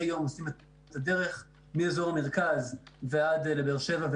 יום עושים את הדרך מאזור המרכז ועד באר שבע,